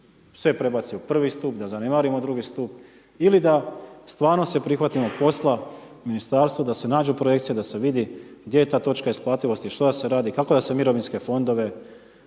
sve prebaci u prvi stup, da zanemarimo drugi stup ili da stvarno se prihvatimo posla, ministarstvo da se nađu projekcije, da se vidi gdje je ta točka isplativosti, što da se radi, kako da se mirovinske fondove